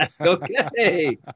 okay